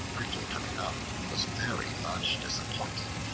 quickly coming up, was very much disappointed,